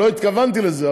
לא התכוונתי לזה,